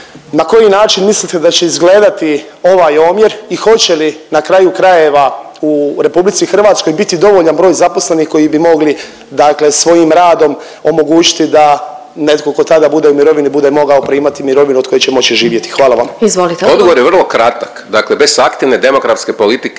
na koji način mislite da će izgledati ovaj omjer i hoće li, na kraju krajeva u RH biti dovoljan broj zaposlenih koji bi mogli, dakle svojim radom omogućiti da netko tko tada bude u mirovini, bude mogao primati mirovinu od koje će moći živjeti? Hvala vam. **Glasovac, Sabina (SDP)** Izvolite